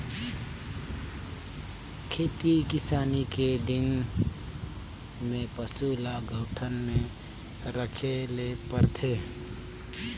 खेती किसानी के दिन में पसू ल गऊठान में राखे ले परथे